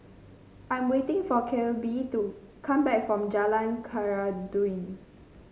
I'm waiting for Kelby to come back from Jalan Khairuddin